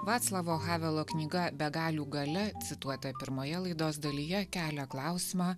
vaclavo havelo knyga begalių galia cituota pirmoje laidos dalyje kelia klausimą